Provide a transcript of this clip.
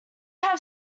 have